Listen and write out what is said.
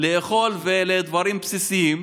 לאכול ולדברים בסיסיים,